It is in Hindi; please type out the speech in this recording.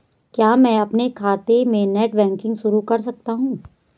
क्या मैं अपने खाते में नेट बैंकिंग शुरू कर सकता हूँ?